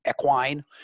equine